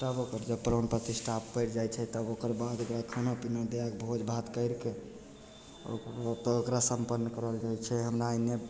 तब ओकर जे प्राण प्रतिष्ठा पड़ि जाइ छै तब ओकरबाद ओकरा खाना पिना दैके भोजभात करिके ओतऽ ओकरा सम्पन्न करल जाइ छै हमरा एन्ने